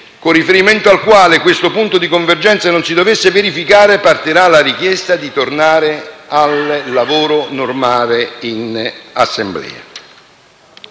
con riferimento al quale questo punto di convergenza non si dovesse verificare, partirà la richiesta di tornare al lavoro normale in Assemblea.